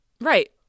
Right